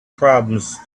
problems